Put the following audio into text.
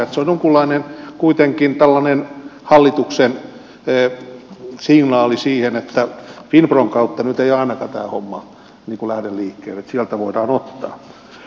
se on kuitenkin tällainen jonkunlainen hallituksen signaali siihen että finpron kautta nyt ei ainakaan tämä homma lähde liikkeelle että sieltä voidaan ottaa